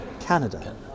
Canada